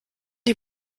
die